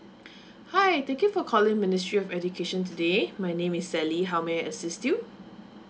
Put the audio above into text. hi thank you for calling ministry of education today my name is sally how may I assist you